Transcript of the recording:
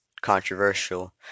controversial